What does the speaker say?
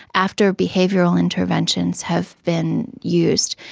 after behavioural interventions have been used.